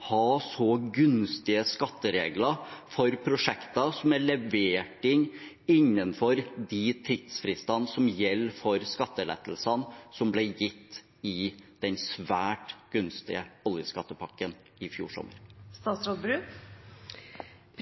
ha så gunstige skatteregler for prosjekter som er levert inn innenfor de tidsfristene som gjelder for skattelettelsene som ble gitt i den svært gunstige oljeskattepakken i fjor sommer?